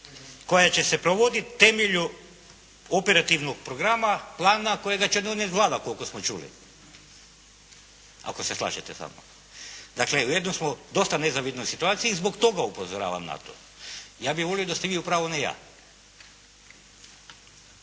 koja će se provoditi temelju operativnog programa, plana kojega će donijeti Vlada koliko smo čuli. Ako se slažete sa mnom? Dakle u jednoj smo dosta nezavidnoj situaciji i zbog toga upozoravam na to. Ja bih volio da ste vi u pravu, ne ja.